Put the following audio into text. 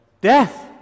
Death